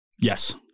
Yes